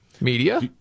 media